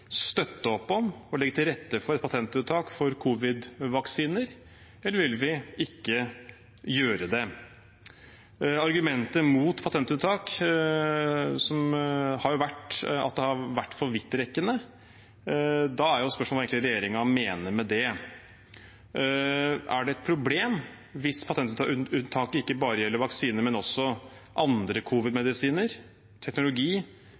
støtte opp om og legge til rette for et patentunntak for covid-vaksiner, eller vil vi ikke gjøre det? Argumentet mot patentunntak har vært at det har vært for vidtrekkende. Da er spørsmålet hva regjeringen mener med det. Er det et problem hvis patentunntaket ikke bare gjelder vaksiner, men også